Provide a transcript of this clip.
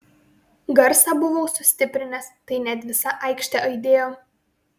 garsą buvau sustiprinęs tai net visa aikštė aidėjo